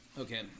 Okay